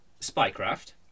Spycraft